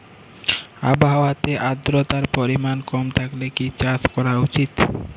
আবহাওয়াতে আদ্রতার পরিমাণ কম থাকলে কি চাষ করা উচিৎ?